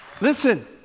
Listen